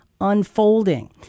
unfolding